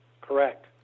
Correct